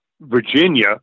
Virginia